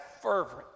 fervent